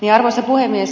arvoisa puhemies